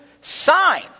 sign